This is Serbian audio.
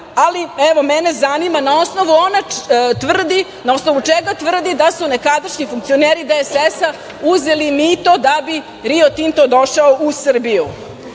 ja. Evo, mene zanima na osnovu čega ona tvrdi da su nekadašnji funkcioneri DSS-a uzeli mito da bi Rio Tinto došao u Srbiju? Dalje,